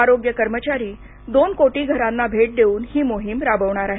आरोग्य कर्मचारी दोन कोटी घरांना भेट देऊन ही मोहीम राबवणार आहेत